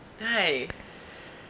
Nice